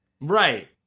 Right